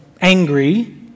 angry